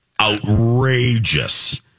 outrageous